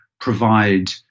provide